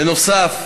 בנוסף,